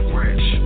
rich